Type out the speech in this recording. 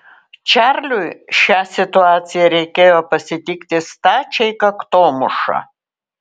čarliui šią situaciją reikėjo pasitikti stačiai kaktomuša